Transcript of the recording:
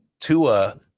Tua